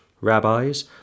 rabbis